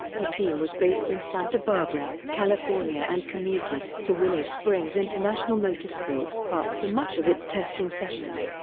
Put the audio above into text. the team was based in santa barbara, california and commuted to willow springs international motorsports park for much of its testing sessions.